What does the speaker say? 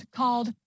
called